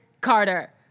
Carter